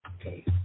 Okay